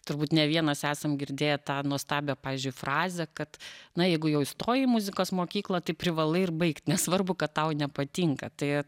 turbūt ne vienas esam girdėję tą nuostabią pavyzdžiui frazę kad na jeigu jau įstojai į muzikos mokyklą tai privalai ir baigt nesvarbu kad tau nepatinka tai